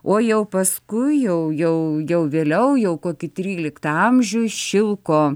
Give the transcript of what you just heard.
o jau paskui jau jau jau vėliau jau kokį tryliktą amžių šilko